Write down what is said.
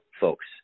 folks